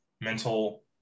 mental